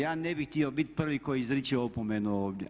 Ja ne bih htio biti prvi koji izriče opomenu ovdje.